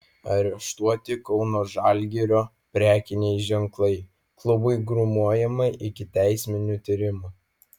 areštuoti kauno žalgirio prekiniai ženklai klubui grūmojama ikiteisminiu tyrimu